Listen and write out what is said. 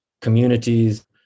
communities